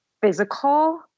physical